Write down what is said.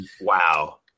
Wow